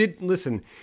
Listen